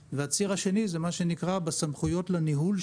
הייתה הסכמה מלאה בדיונים